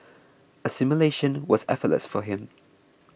assimilation was effortless for him